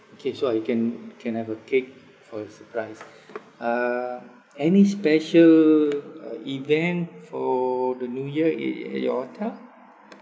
okay so I can can have a cake for her surprise uh any special uh event for the new year uh at your hotel